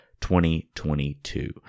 2022